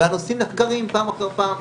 והנושאים נחקרים פעם אחר פעם.